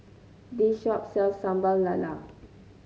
this shop sells Sambal Lala